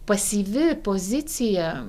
pasyvi pozicija